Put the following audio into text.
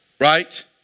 Right